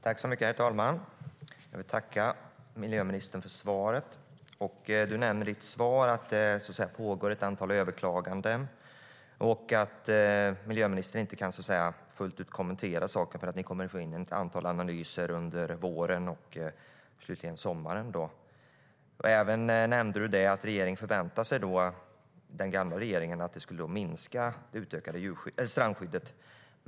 Herr talman! Jag vill tacka miljöministern för svaret. Hon nämner i sitt svar att det pågår ett antal överklaganden och att hon inte fullt ut kan kommentera saken eftersom de kommer att få in ett antal analyser under våren och sommaren. Miljöministern nämnde även att den förra regeringen förväntade sig att det utökade strandskyddet skulle minska.